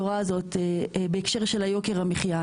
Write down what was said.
בהקשר ליוקר המחיה,